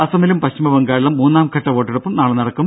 അസമിലും പശ്ചിമ ബംഗാളിലും മൂന്നാംഘട്ട വോട്ടെടുപ്പും നാളെ നടക്കും